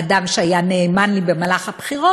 אדם שהיה נאמן לי במהלך הבחירות,